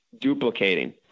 duplicating